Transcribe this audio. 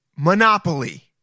Monopoly